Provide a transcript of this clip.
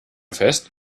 fest